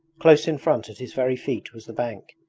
close in front at his very feet was the bank,